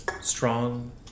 strong